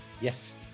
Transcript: Yes